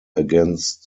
against